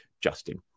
Justin